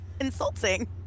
insulting